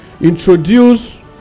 introduce